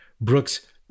Brooks